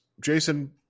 Jason